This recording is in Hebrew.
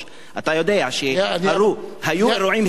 אתה יודע שהיו אירועים היסטוריים,